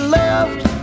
left